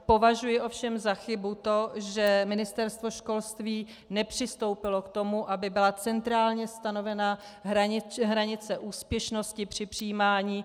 Považuji ovšem za chybu to, že ministerstvo školství nepřistoupilo k tomu, aby byla centrálně stanovena hranice úspěšnosti při přijímání.